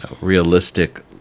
realistic